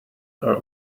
are